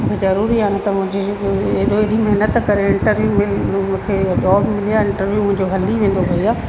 ज़रूरी आहे न त मुंहिंजे एॾो एॾी महिनत करे इंटरव्यू में मूंखे हीअ जॉब मिली आहे इंटरव्यू जो हली वेंदो हुयो